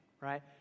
right